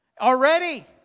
already